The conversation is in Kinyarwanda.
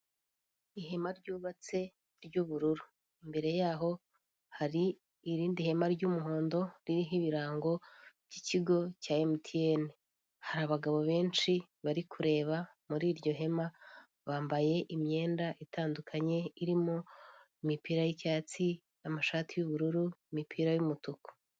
Ihema ryubatse imbere yaho hari irindi hema ry'umuhondo ririho ibirango by'kigo cya emutiyene, hari abagabo benshi bari kureba muri iryo hema bambaye imyenda itandukanye irimo imipira y'icyatsi, amashati y'ubururu, imipira y'umutuku.